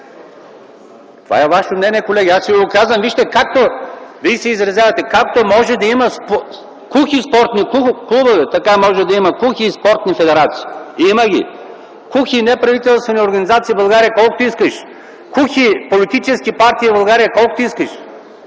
Това е ваше мнение, колеги, аз само го казвам. Вижте, както може да има кухи спортни клубове, така може да има и кухи спортни федерации. Има ги. Кухи неправителствени организации в България колкото искаш, кухи политически партии в България колкото искаш